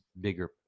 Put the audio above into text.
bigger